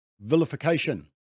vilification